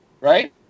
Right